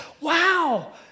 wow